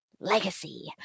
Legacy